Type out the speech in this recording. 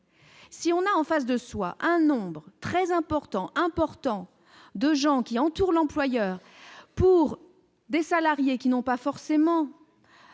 Si on a en face de soi un nombre très important, important de gens qui entoure l'employeur pour des salariés qui n'ont pas forcément